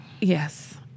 Yes